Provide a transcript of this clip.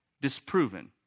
disproven